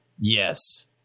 yes